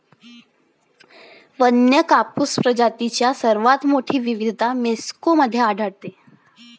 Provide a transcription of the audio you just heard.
वन्य कापूस प्रजातींची सर्वात मोठी विविधता मेक्सिको मध्ये आढळते